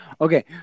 Okay